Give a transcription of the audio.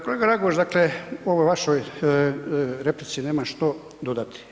Kolega Raguž, dakle ovoj vašoj replici nemam što dodati.